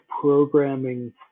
programming